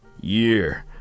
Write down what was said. year